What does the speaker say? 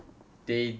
they